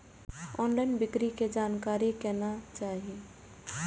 Online बिक्री के जानकारी केना चाही?